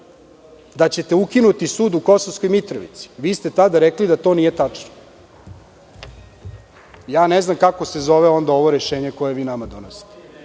da ćete ukinuti sud u Kosovskoj Mitrovici. Vi ste tada rekli da to nije tačno. Ja ne znam kako se zove onda ovo rešenje koje vi nama donosite.